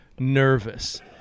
nervous